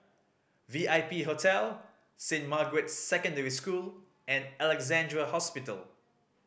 V I P Hotel Saint Margaret's Secondary School and Alexandra Hospital